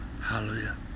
Hallelujah